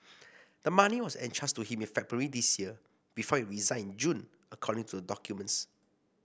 the money was entrusted to him in February this year before he resigned in June according to the documents